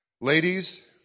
ladies